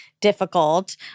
difficult